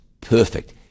perfect